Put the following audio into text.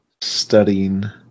studying